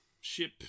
ship